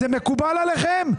זה מקובל עליכם?